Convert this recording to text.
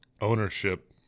ownership